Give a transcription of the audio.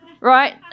Right